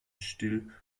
still